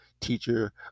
teacher